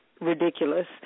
ridiculous